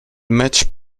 match